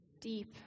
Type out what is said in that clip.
deep